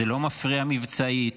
זה לא מפריע מבצעית.